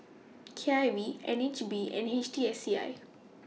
K I V N H B and H T S C I